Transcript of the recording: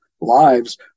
lives